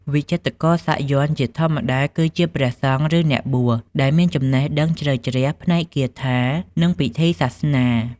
វិចិត្រករសាក់យ័ន្តជាធម្មតាគឺជាព្រះសង្ឃឬអ្នកបួសដែលមានចំណេះដឹងជ្រៅជ្រះផ្នែកគាថានិងពិធីសាសនា។